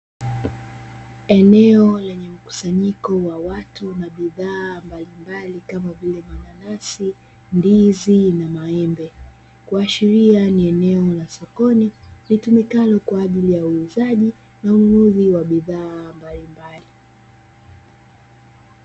Eneo lenye mkusanyiko wa watu na bidhaa mbalimbali kama vile mananasi, ndizi, na maembe kuashiria ni eneo la sokoni litumikalo kwa ajili ya uuzaji na ununuzi wa bidhaa mbalimbali.